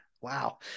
wow